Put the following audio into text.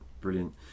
brilliant